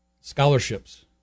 scholarships